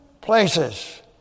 places